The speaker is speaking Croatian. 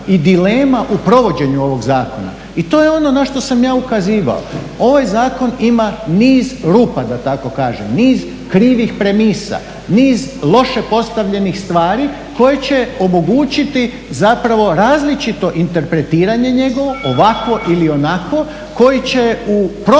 i dilema u provođenju ovog zakona. I to je ono na što sam ja ukazivao. Ovaj zakon ima niz rupa da tako kažem, niz krivih premisa, niz loše postavljenih stvari koje će omogućiti zapravo različito interpretiranje njegovo ovakvo ili onakvo koje će u provođenju